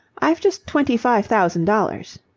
i've just twenty-five thousand dollars.